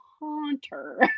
Haunter